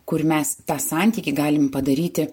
kur mes tą santykį galim padaryti